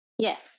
Yes